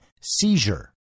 seizure